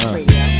Radio